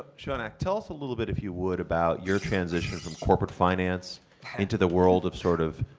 shonak, tell us a little bit, if you would, about your transition from corporate finance into the world of sort of,